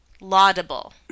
Laudable